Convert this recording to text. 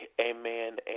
amen